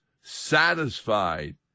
satisfied